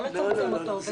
לא לצמצם אותו.